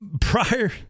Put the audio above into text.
Prior